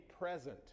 present